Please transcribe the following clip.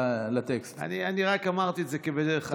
אני רק אמרתי את זה כבדרך אגב.